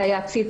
זה היה ציטוטק,